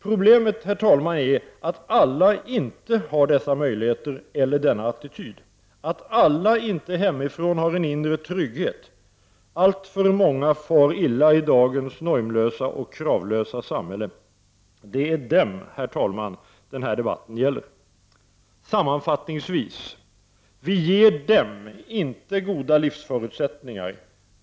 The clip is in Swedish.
Problemet är, herr talman, att alla inte har dessa möjligheter eller denna attityd. Alla har inte hemifrån en inre trygghet. Alltför många far illa i dagens normlösa och kravlösa samhälle. Det är dem den här debatten gäller. Sammanfattningsvis: Vi ger dem inte goda livsförutsättningar.